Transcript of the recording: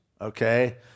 okay